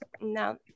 no